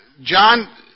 John